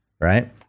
right